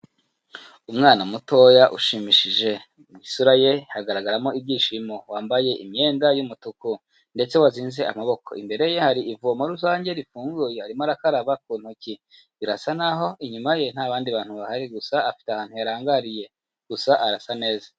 Umwana mutoya ushimishije, mu isura ye hagaragaramo ibyishimo, wambaye imyenda y'umutuku ndetse wazinze amaboko, imbere ye hari ivomo rusange rifunguye, arimo arakaraba ku ntoki, birasa naho inyuma ye nta bandi bantu bahari gusa afite ahantu yarangariye gusa arasa neza.